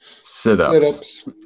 Sit-ups